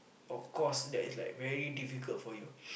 of course that is like very difficult for you